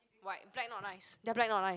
white black not nice ya black not nice